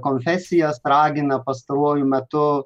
konfesijas ragina pastaruoju metu